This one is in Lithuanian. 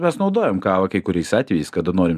mes naudojam kavą kai kuriais atvejais kada norim